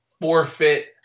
Forfeit